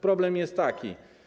Problem jest taki.